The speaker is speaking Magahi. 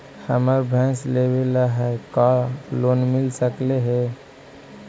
हमरा भैस लेबे ल है का लोन मिल सकले हे?